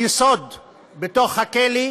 יסוד בכלא,